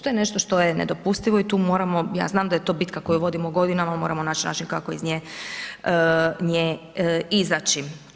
To je nešto što je nedopustivo i tu moramo, ja znam da je to bitka koju vodimo godinama, moramo naći način kako iz nje izaći.